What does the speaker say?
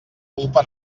culpa